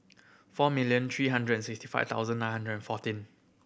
four million three hundred and sixty five thousand nine hundred fourteen